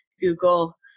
Google